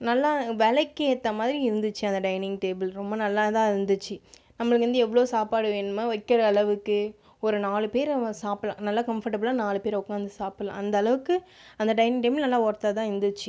நல்லா விலைக்கு ஏற்ற மாதிரி இருந்துச்சு அந்த டைனிங் டேபிள் ரொம்ப நல்லா தான் இருந்துச்சு நம்மளுக்கு வந்து எவ்வளோ சாப்பாடு வேணுமோ வைக்கற அளவுக்கு ஒரு நாலு பேர் சாப்பிடலாம் நல்ல கம்ஃபர்ட்டபிளாக நாலு பேர் உக்காந்து சாப்பிடலாம் அந்த அளவுக்கு அந்த டைனிங் டேபிள் நல்லா ஒர்த்தாக தான் இருந்துச்சு